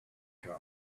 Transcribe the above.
come